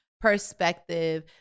perspective